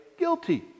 guilty